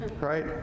right